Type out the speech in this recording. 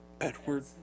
Edward